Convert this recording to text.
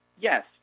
Yes